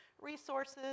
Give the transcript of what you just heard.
resources